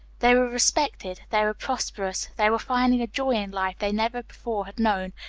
they were respected, they were prosperous, they were finding a joy in life they never before had known,